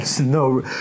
no